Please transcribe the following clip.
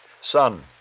Son